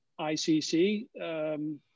ICC